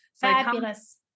Fabulous